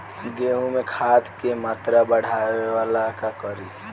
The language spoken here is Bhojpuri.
गेहूं में खाद के मात्रा बढ़ावेला का करी?